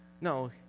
No